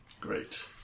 Great